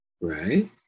Right